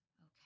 Okay